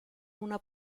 una